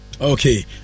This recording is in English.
Okay